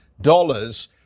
dollars